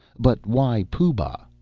but why pooh-bah?